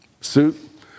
suit